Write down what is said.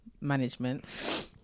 management